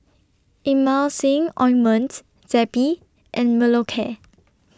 Emulsying Ointment Zappy and Molicare